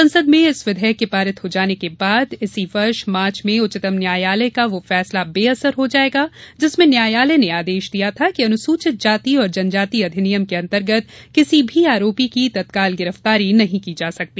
संसद में इस विधेयक के पारित हो जाने के बाद इसी वर्ष मार्च में उच्चतम न्यायालय का वह फैसला बेअसर हो जाएगा जिसमें न्यायालय ने आदेश दिया था कि अनुसूचित जाति और जनजाति अधिनियम के अन्तयर्गत किसी भी आरोपी की तत्काल गिरफ्तारी नहीं की जा सकती